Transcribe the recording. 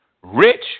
rich